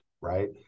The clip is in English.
Right